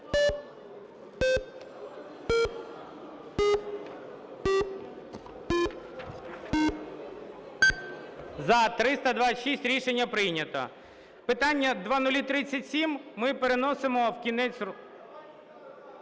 За-326 Рішення прийнято. Питання 0037 ми переносимо в кінець...